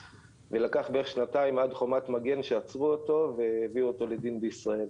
ולקח בערך שנתיים עד "חומת מגן" שעצרו אותו והביאו אותן לדין בישראל.